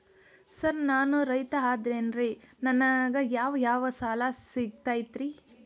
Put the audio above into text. Sir ನಾನು ರೈತ ಅದೆನ್ರಿ ನನಗ ಯಾವ್ ಯಾವ್ ಸಾಲಾ ಸಿಗ್ತೈತ್ರಿ?